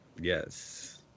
Yes